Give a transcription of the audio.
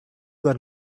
got